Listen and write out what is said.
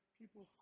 people